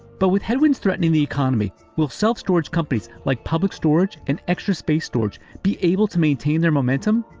but with headwinds threatening the economy, will self-storage companies like public storage and extra space storage be able to maintain their momentum?